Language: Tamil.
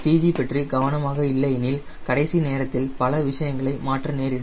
CG பற்றி கவனமாக இல்லை எனில் கடைசி நேரத்தில் பல விஷயங்களை மாற்ற நேரிடும்